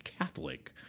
Catholic